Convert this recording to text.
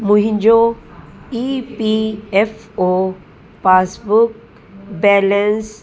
मुंहिंजो E P F O passbook balance